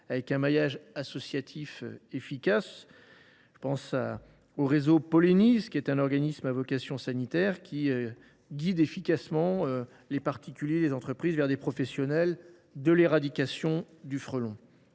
à un maillage associatif efficace. Je pense aussi au réseau Polleniz, un organisme à vocation sanitaire, qui guide efficacement les particuliers et les entreprises vers des professionnels de l’éradication du frelon.